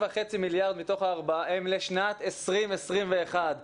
חצי שנה זה סוג של בשורה לאנשים האלה.